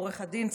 עורך דין,